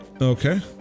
Okay